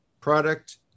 product